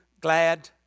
glad